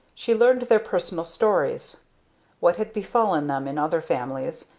she learned their personal stories what had befallen them in other families,